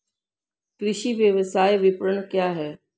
कृषि व्यवसाय विपणन क्या है?